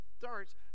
starts